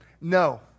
No